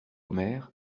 omer